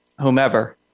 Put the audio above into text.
whomever